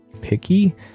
picky